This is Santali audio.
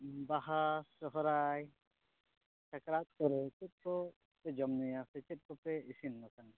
ᱵᱟᱦᱟ ᱥᱚᱦᱨᱟᱭ ᱥᱟᱠᱨᱟᱛ ᱠᱚᱨᱮ ᱪᱮᱠ ᱯᱮ ᱡᱚᱢ ᱧᱩᱭᱟ ᱥᱮ ᱪᱮᱫ ᱠᱚᱯᱮ ᱤᱥᱤᱱ ᱵᱟᱥᱟᱝᱼᱟ